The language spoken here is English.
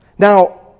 Now